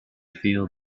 feel